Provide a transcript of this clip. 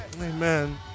Amen